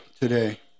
today